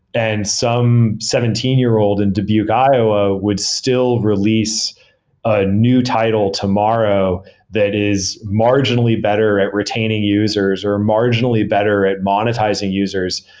and some seventeen year old in bubuque, iowa would still release a new title tomorrow that is marginally better at retaining users are marginally better at monetizing users.